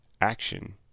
action